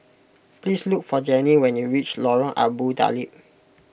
please look for Jenny when you reach Lorong Abu Talib